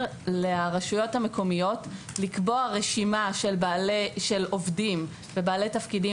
לרשויות המקומיות לקבוע רשימה של עובדים ובעלי תפקידים